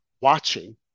watching